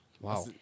Wow